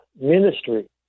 ministry